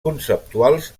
conceptuals